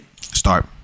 start